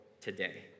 today